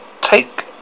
take